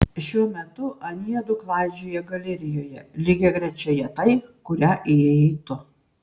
šiuo metu anie du klaidžioja galerijoje lygiagrečioje tai kuria įėjai tu